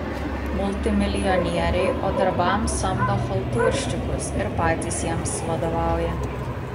multimilijonieriai o darbams samdo chaltūrščikus ir patys jiems vadovauja